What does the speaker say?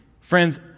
Friends